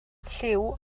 lliw